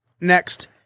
next